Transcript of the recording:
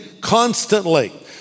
constantly